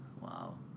Wow